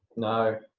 no.